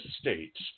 States